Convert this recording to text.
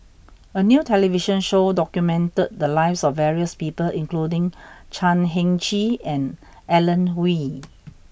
a new television show documented the lives of various people including Chan Heng Chee and Alan Oei